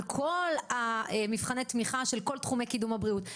על כל מבחני התמיכה של כל תחומי קידום הבריאות.